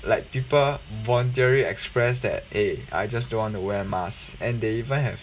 like people voluntarily expressed that eh I just don't want to wear mask and they even have